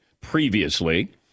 previously